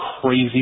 crazy